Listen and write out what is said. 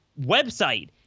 website